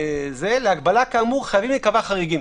להגבלה כאמור חייבים להיקבע חריגים.